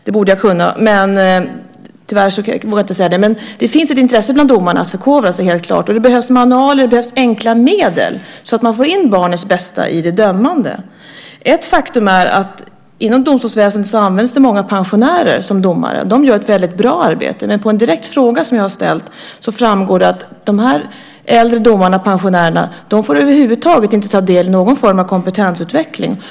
Det borde jag kunna. Men tyvärr vågar jag inte säga det. Men det finns helt klart ett intresse bland domarna att förkovra sig. Och det behövs manualer och enkla medel, så att man får in barnets bästa i dömandet. Ett faktum är att det inom domstolsväsendet används många pensionärer som domare. De gör ett väldigt bra arbete. Men på en direkt fråga som jag har ställt framgår det att dessa äldre domare, pensionärerna, över huvud taget inte får ta del av någon form av kompetensutveckling.